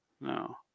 No